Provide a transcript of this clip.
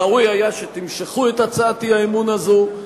ראוי היה שתמשכו את הצעת האי-אמון הזאת,